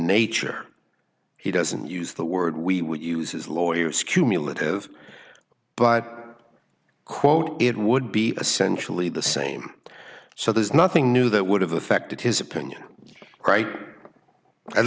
nature he doesn't use the word we would use his lawyers cumulative but quote it would be essentially the same so there's nothing new that would have affected his opinion right at